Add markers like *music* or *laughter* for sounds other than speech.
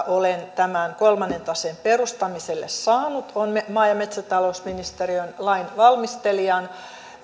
*unintelligible* olen tämän kolmannen taseen perustamiselle saanut on maa ja metsätalousministeriön lainvalmistelijan